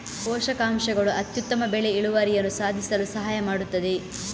ಪೋಷಕಾಂಶಗಳು ಅತ್ಯುತ್ತಮ ಬೆಳೆ ಇಳುವರಿಯನ್ನು ಸಾಧಿಸಲು ಸಹಾಯ ಮಾಡುತ್ತದೆ